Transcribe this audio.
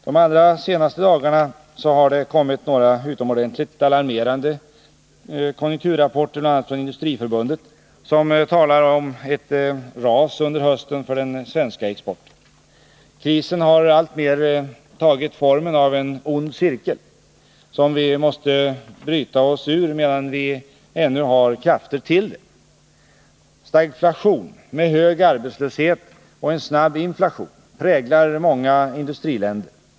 De allra senaste dagarna har det kommit några utomordentligt alarmerande konjunkturrapporter, bl.a. från Industriförbundet, som talar om ett formligt ras under hösten för den svenska exporten. Krisen har alltmer tagit formen av en ond cirkel, som vi måste bryta oss ur medan vi ännu har krafter till det. Stagflation med hög arbetslöshet och snabbinflation präglar många industriländer.